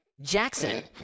Jackson